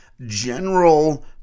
general